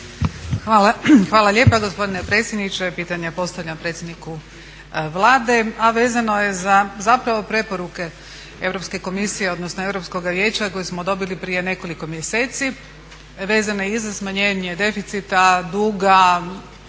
Hvala lijepa gospodine predsjedniče. Pitanje postavljam predsjedniku Vlade, a vezano je za zapravo preporuke Europske komisije odnosno Europskoga vijeća koje smo dobili prije nekoliko mjeseci, vezane i za smanjenje deficita, duga,